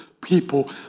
people